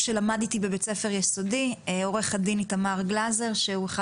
שלמד איתי בבית הספר היסודי עו"ד איתמר גלזר שהוא אחד